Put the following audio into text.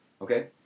Okay